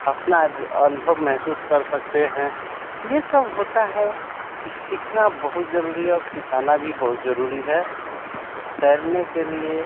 अपना अनुभव महसूस कर सकते हैं यह सब होता है सीखना बहुत ज़रूरी है और सिखाना भी बहुत ज़रूरी है तैरने के लिए